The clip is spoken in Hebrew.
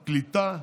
הקליטה,